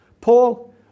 Paul